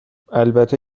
البته